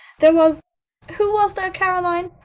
there was who was there, caroline?